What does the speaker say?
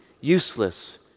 useless